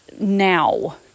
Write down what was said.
now